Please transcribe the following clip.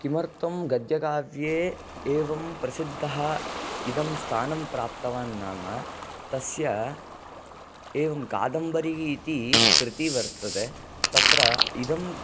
किमर्थं गद्यकाव्ये एवं प्रसिद्धः इदं स्थानं प्राप्तवान् नाम तस्य एवं कादम्बरी इति कृतिः वर्तते तत्र इदं